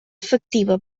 efectiva